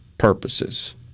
Purposes